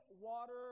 water